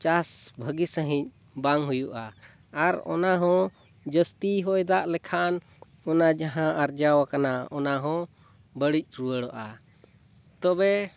ᱪᱟᱥ ᱵᱷᱟᱹᱜᱤ ᱥᱟᱹᱦᱤᱡ ᱵᱟᱝ ᱦᱩᱭᱩᱜᱼᱟ ᱟᱨ ᱚᱱᱟᱦᱚᱸ ᱡᱟᱹᱥᱛᱤ ᱦᱚᱭᱼᱫᱟᱜ ᱞᱮᱠᱷᱟᱱ ᱚᱱᱟ ᱡᱟᱦᱟᱸ ᱟᱨᱡᱟᱣ ᱟᱠᱟᱱᱟ ᱚᱱᱟᱦᱚᱸ ᱵᱟᱹᱲᱤᱡ ᱨᱩᱣᱟᱹᱲᱚᱜᱼᱟ ᱛᱚᱵᱮ